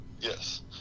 Yes